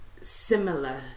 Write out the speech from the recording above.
similar